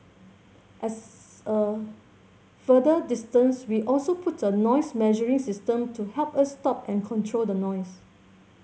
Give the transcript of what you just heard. at a further distance we also put a noise measuring system to help us stop and control the noise